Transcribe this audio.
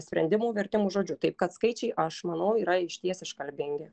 sprendimų vertimų žodžiu taip kad skaičiai aš manau yra išties iškalbingi